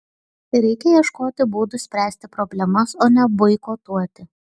reikia ieškoti būdų spręsti problemas o ne boikotuoti